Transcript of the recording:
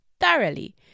thoroughly